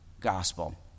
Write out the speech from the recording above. gospel